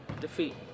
defeat